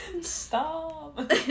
Stop